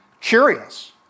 curious